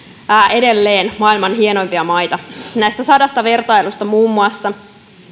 edelleen maailman hienoimpia maita sadasta vertailusta muun muassa